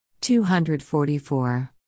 244